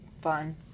Fun